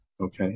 Okay